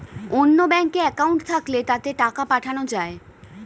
অন্য ব্যাঙ্কে অ্যাকাউন্ট থাকলে তাতে টাকা পাঠানো যায়